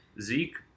Zeke